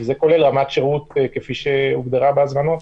כולל רמת השירות שהוגדרה בהזמנה.